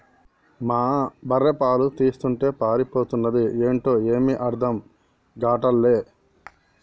మా బర్రె పాలు తీస్తుంటే పారిపోతన్నాది ఏంటో ఏమీ అర్థం గాటల్లే